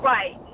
Right